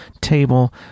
table